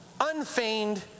unfeigned